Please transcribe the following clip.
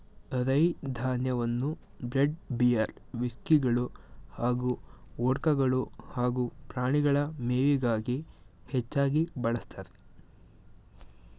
ರೈ ಧಾನ್ಯವನ್ನು bread beer ವಿಸ್ಕಿಗಳು ಹಾಗೂ ವೊಡ್ಕಗಳು ಹಾಗೂ ಪ್ರಾಣಿಗಳ ಮೇವಿಗಾಗಿ ಹೆಚ್ಚಾಗಿ ಬಳಸ್ತಾರೆ